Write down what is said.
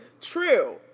True